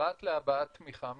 פרט להבעת תמיכה,